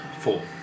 Four